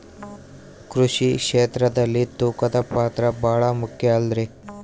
ಕೃಷಿ ಕ್ಷೇತ್ರದಲ್ಲಿ ತೂಕದ ಪಾತ್ರ ಬಹಳ ಮುಖ್ಯ ಅಲ್ರಿ?